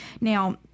now